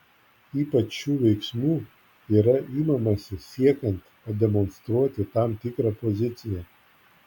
ypač šių veiksmų yra imamasi siekiant pademonstruoti tam tikrą poziciją